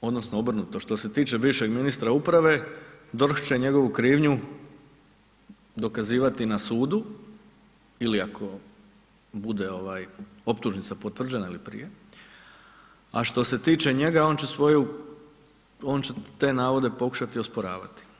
odnosno obrnuto, što se tiče bivšeg ministra uprave, DORH će njegovu krivnju dokazivati na sudu ili ako bude optužnica potvrđena ili prije, a što se tiče njega, on će svoju, on će te navode pokušati osporavati.